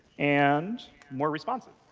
and more responsive.